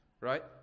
right